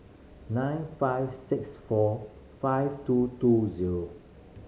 nine five six four five two two zero